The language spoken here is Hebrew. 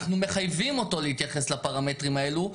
אנחנו מחייבים אותו להתייחס לפרמטרים האלו,